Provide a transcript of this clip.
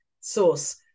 source